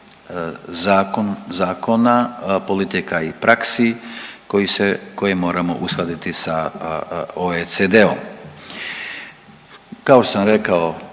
zakon, zakona, politika i praksi koji se, koje moramo uskladiti sa OECD-om. Kao što sam rekao,